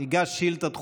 הגשתי שאילתה רגילה,